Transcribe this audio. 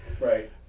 Right